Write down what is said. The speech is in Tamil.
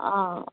ஆ